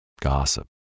gossip